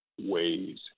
ways